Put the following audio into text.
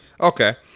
okay